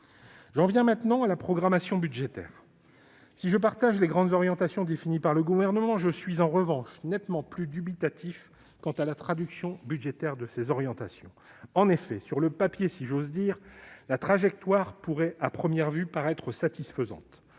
J'en viens maintenant à la programmation budgétaire. Si je partage les grandes orientations définies par le Gouvernement, je suis en revanche nettement plus dubitatif quant à la traduction budgétaire de ces orientations. En effet, sur le papier, si j'ose dire, la trajectoire pourrait à première vue paraître satisfaisante.